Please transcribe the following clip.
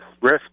risk